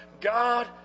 god